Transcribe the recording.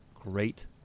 great